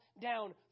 down